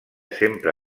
sempre